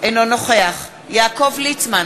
אינו נוכח יעקב ליצמן,